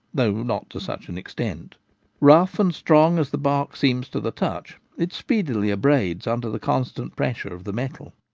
though not to such an extent rough and strong as the bark seems to the touch, it speedily abrades under the con stant pressure of the metal.